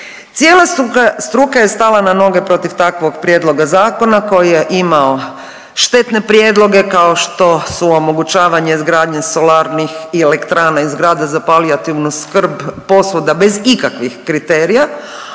Cijela struka je stala na noge protiv takvog prijedloga zakona koji je imao štetne prijedloge kao što su omogućavanje izgradnje solarnih i elektrana i zgrada za palijativnu skrb, posvuda, bez ikakvih kriterija,